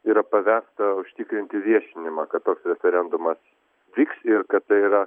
yra pavesta užtikrinti viešinimą kad toks referendumas vyks ir kad tai yra